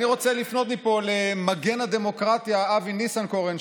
אני רוצה לפנות לפה למגן הדמוקרטיה אבי ניסנקורן,